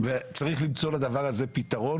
וצריך למצוא לדבר הזה פתרון.